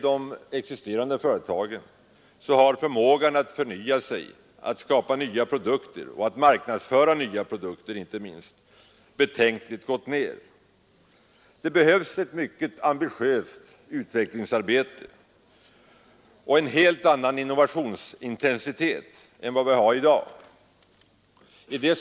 De existerande företagens förmåga att förnya sig samt skapa och marknadsföra nya produkter har minskat betydligt. Det behövs ett mycket ambitiöst utvecklingsarbete och en helt annan innovationsintensitet än vi i dag har.